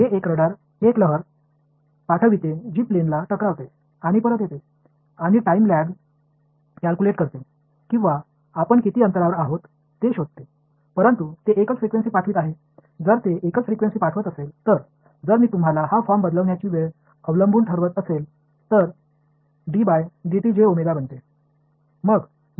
இது ஒரு அலையை அனுப்புகிறது அது விமானத்தைத் தாக்கி திரும்பி வருகிறது டைம் லாகு அதாவது அலை திரும்பி வர ஆகும் கால தாமதத்தை கணக்கிடுவதன் மூலம் அல்லது அது எவ்வளவு தூரம் இருக்கிறது என்பதைக் கண்டுபிடிக்கவோ முடியும் இது ஒரு அதிர்வெண்ணை அனுப்புகிறது என்றால் இந்த படிவத்தின் நேர சார்பு உங்களுக்குத் தெரிந்தால் நான் மாற்றினால் d by dt j omega ஆகிறது